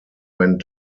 went